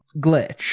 glitch